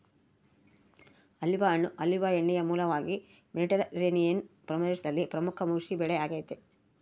olive ಹಣ್ಣು olive ಎಣ್ಣೆಯ ಮೂಲವಾಗಿ ಮೆಡಿಟರೇನಿಯನ್ ಪ್ರದೇಶದಲ್ಲಿ ಪ್ರಮುಖ ಕೃಷಿಬೆಳೆ ಆಗೆತೆ